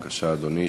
בבקשה, אדוני.